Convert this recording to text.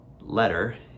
letter